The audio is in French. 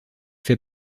fait